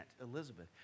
Elizabeth